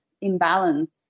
imbalance